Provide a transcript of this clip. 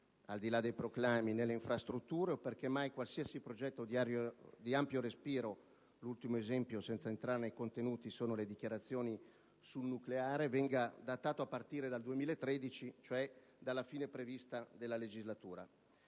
al di là dei proclami - nelle infrastrutture, o perché mai qualsiasi progetto di ampio respiro -l'ultimo esempio, senza entrare nei contenuti, sono le dichiarazioni sul nucleare - venga datato a partire dal 2013, cioè dalla fine prevista della legislatura.